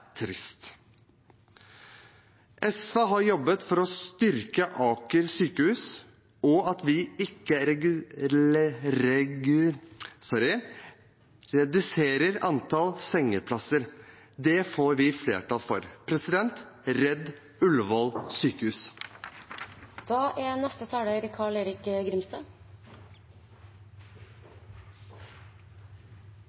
trist. SV har jobbet for å styrke Aker sykehus og at vi ikke reduserer antall sengeplasser. Det får vi flertall for. Redd Ullevål sykehus! Venstres primære holdning i denne saken er